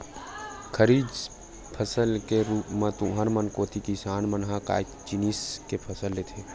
खरीफ फसल के रुप म तुँहर मन कोती किसान मन ह काय जिनिस के फसल लेथे?